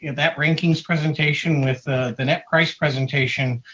and that rankings presentation with ah the net price presentation,